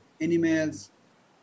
animals